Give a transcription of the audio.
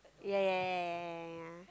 yeah yeah yeah yeah yeah yeah